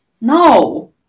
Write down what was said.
No